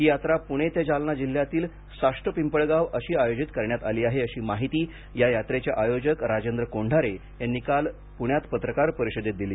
ही यात्रा पूणे ते जालना जिल्ह्यातील साष्ट पिंपळगाव अशी आयोजित करण्यात आली आहे अशी माहिती या यात्रेचे आयोजक राजेंद्र कोंढारे यांनी काल पुण्यात पत्रकार परिषदेत दिली